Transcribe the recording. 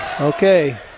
Okay